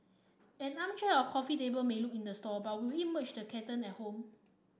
an armchair or coffee table may look in the store but will it match the curtain at home